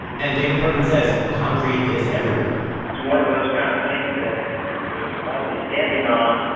and david perkins says concrete is everywhere it's one of those kind of things that you're likely standing on,